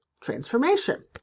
transformation